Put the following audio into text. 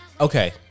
Okay